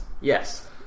yes